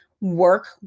work